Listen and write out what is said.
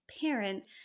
parents